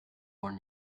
born